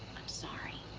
i'm sorry.